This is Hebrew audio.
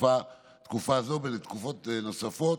תקופה זו בתקופת נוספות,